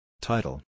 Title